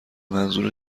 منظور